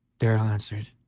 darrell answered,